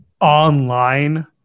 online